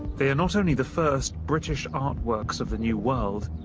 they are not only the first british artworks of the new world,